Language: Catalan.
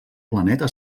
planeta